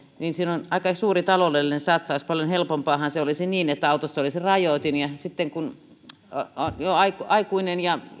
niin siinä on aika suuri taloudellinen satsaus paljon helpompaahan se olisi niin että autossa olisi rajoitin ja sitten kun on jo aikuinen ja